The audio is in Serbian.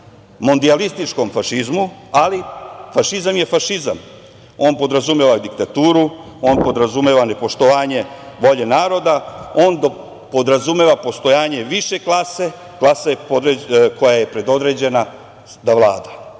mondijalističkom fašizmu. Ali, fašizam je fašizam. On podrazumeva diktaturu, on podrazumeva nepoštovanje volje naroda, on podrazumeva postojanje više klase, klase koja je predodređena da vlada.